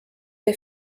der